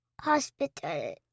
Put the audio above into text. Hospital